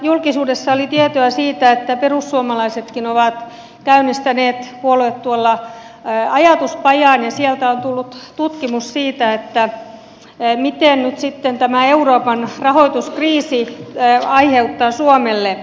julkisuudessa oli tietoa siitä että perussuomalaisetkin ovat käynnistäneet puoluetuella ajatuspajan ja sieltä on tullut tutkimus siitä mitä nyt tämä euroopan rahoituskriisi aiheuttaa suomelle